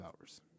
hours